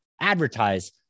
advertise